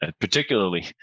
particularly